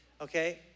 okay